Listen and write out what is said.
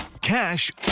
Cash